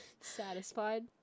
Satisfied